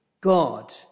God